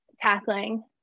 tackling